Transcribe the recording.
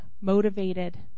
motivated